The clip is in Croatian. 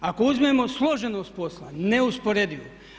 Ako uzmemo složenost poslova neusporedivo.